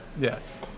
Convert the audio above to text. Yes